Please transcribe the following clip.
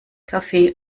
kaffee